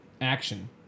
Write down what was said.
action